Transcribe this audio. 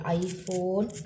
iPhone